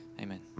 Amen